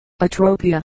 atropia